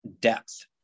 depth